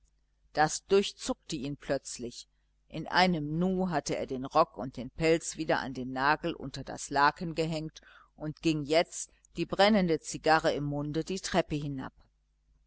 das durchzuckte ihn plötzlich in einem nu hatte er den rock und den pelz wieder an den nagel unter das laken gehängt und ging jetzt die brennende zigarre im munde die treppe hinab